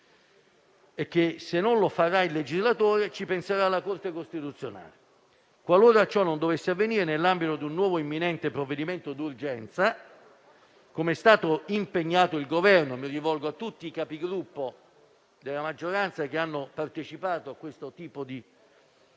se non lo farà il legislatore, ci penserà la Corte costituzionale. Qualora ciò non dovesse avvenire nell'ambito di un nuovo e imminente provvedimento d'urgenza, come è stato impegnato il Governo - mi rivolgo a tutti i Capigruppo della maggioranza che hanno partecipato a questo tipo di